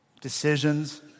decisions